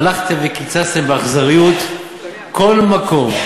הלכתם וקיצצתם באכזריות כל מקום,